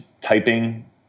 typing